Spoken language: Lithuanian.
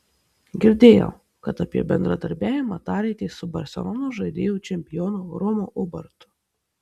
girdėjau kad apie bendradarbiavimą tarėtės su barselonos žaidynių čempionu romu ubartu